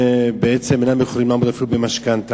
בעצם אינם יכולים לעמוד אפילו במשכנתה.